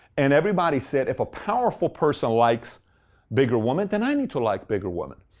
and everybody said, if a powerful person likes bigger women, then i'm to like bigger women.